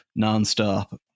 nonstop